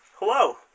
Hello